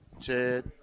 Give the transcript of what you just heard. Chad